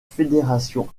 fédération